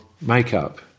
makeup